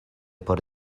por